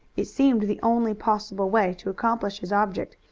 it seemed the only possible way to accomplish his object,